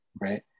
Right